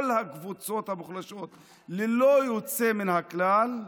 כל הקבוצות המוחלשות ללא יוצא מן הכלל,